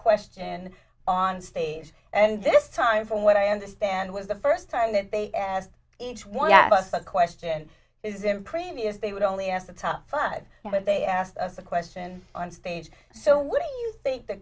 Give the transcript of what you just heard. question onstage and this time from what i understand was the first time that they asked each one of us the question is in previous they would only ask the top five but they asked us a question on stage so what do you think the